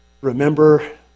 Remember